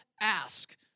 ask